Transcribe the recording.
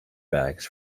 bags